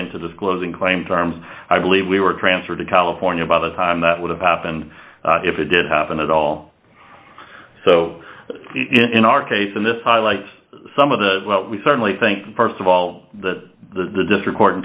into disclosing claim to arms i believe we were transferred to california by the time that would have happened if it did happen at all so in our case in this highlights some of the we certainly think st of all that the district court in